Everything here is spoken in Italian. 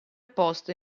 posto